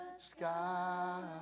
sky